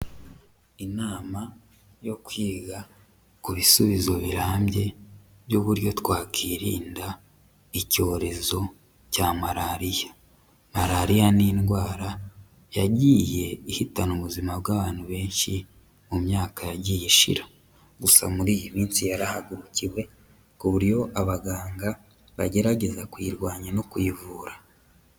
Inama yo kwiga ku bisubizo birambye by'uburyo twakirinda icyorezo cya malariya. Malariya ni indwara yagiye ihitana ubuzima bw'abantu benshi mu myaka yagiye ishira. Gusa muri iyi minsi yarahagurukiwe ku buryo abaganga bagerageza kuyirwanya no kuyivura.